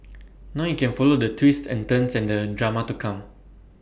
now you can follow the twists and turns and the drama to come